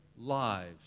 lives